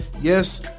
yes